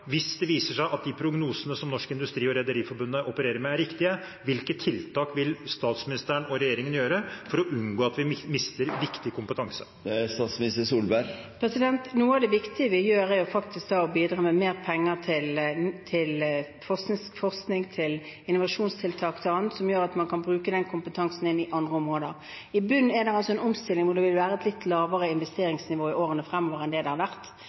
hvis det viser seg at de prognosene som Norsk Industri og Rederiforbundet opererer med, er riktige? Hvilke tiltak vil statsministeren og regjeringen gjøre for å unngå at vi mister viktig kompetanse? Noe av det viktige vi gjør, er å bidra med mer penger til forskning, innovasjonstiltak og annet som gjør at man kan bruke den kompetansen på andre områder. I bunnen er det en omstilling hvor det vil være et litt lavere investeringsnivå i årene fremover enn det det har vært.